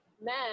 men